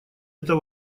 это